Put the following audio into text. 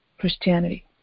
Christianity